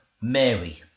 Mary